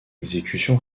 exécution